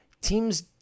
teams